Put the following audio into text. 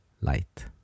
light